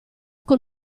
con